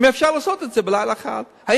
אם אפשר לעשות את זה בלילה אחד?